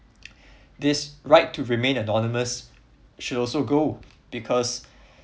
this right to remain anonymous should also go because